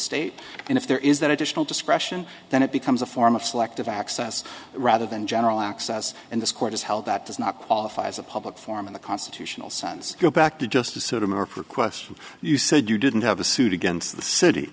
state and if there is that additional discretion then it becomes a form of selective access rather than general access and this court is held that does not qualify as a public forum in the constitutional sense go back to justice sotomayor requests you said you didn't have a suit against the city